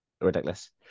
Ridiculous